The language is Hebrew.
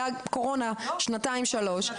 הייתה קורונה שנתיים-שלוש.